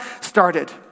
started